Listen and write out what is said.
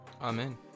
Amen